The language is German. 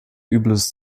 übles